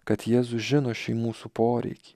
kad jėzus žino šį mūsų poreikį